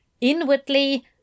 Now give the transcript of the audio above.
Inwardly